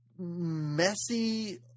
messy